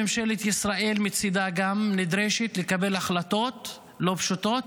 ממשלת ישראל מצידה גם נדרשת לקבל החלטות לא פשוטות,